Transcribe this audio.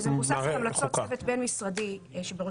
שזה מבוסס על המלצות צוות בין-משרדי,